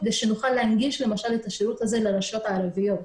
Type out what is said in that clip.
כדי שנוכל להגיש את השירות הזה לרשויות הערביות.